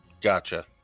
Gotcha